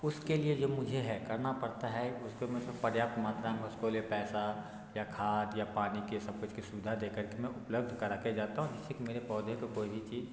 उसके लिए मुझे है करना पड़ता है उसको मेरे को पर्याप्त मात्रा में उसको लिए पैसा या खाद या पानी के सब कुछ की सुविधा दे कर के मैं उपलब्ध करा कर जाता हूँ जिससे कि मेरे पौधे को कोई भी चीज़